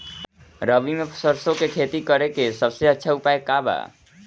रबी में सरसो के खेती करे के सबसे अच्छा उपाय का बा?